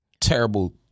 Terrible